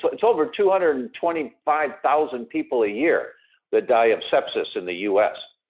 so it's over two hundred and twenty five thousand people a year that die of sepsis in the u s.